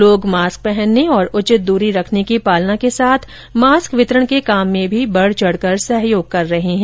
लोग मास्क पहनने और उचित दूरी रखने की पालना के साथ साथ मास्क वितरण के काम में भी बढ़ चढ़ कर सहयोग कर रहे हैं